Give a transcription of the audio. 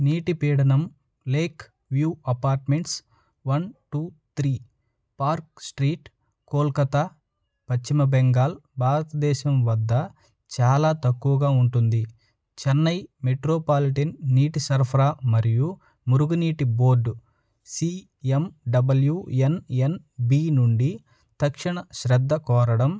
నీటి పీడనం lake view apartments one two three park street Kolkata Paschim Bengal భారతదేశం వద్ద చాలా తక్కువగా ఉంటుంది చెన్నై మెట్రోపాలిటిన్ నీటి సరఫరా మరియు మురుగునీటి బోర్డు సీఎమ్డబ్ల్యూఎన్ఎన్బీ నుండి తక్షణ శ్రద్ధ కోరడం